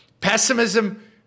pessimism